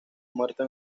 muerto